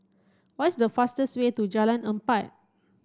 what is the fastest way to Jalan Empat